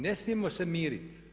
Ne smijemo se miriti.